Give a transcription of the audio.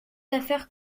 affaires